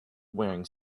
wearing